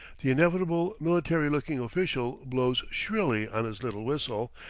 the inevitable military-looking official blows shrilly on his little whistle,